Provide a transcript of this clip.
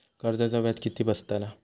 कर्जाचा व्याज किती बसतला?